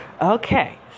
Okay